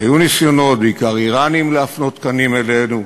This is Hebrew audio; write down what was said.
היו ניסיונות, בעיקר איראניים, להפנות קנים אלינו,